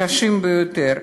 קשים ביותר.